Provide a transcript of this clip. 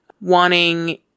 wanting